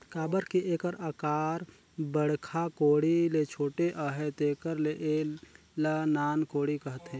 काबर कि एकर अकार बड़खा कोड़ी ले छोटे अहे तेकर ले एला नान कोड़ी कहथे